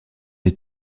les